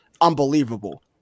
Unbelievable